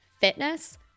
Fitness